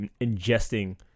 ingesting